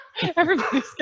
Everybody's